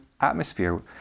atmosphere